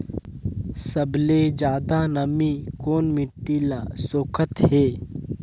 सबले ज्यादा नमी कोन मिट्टी ल सोखत हे?